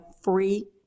free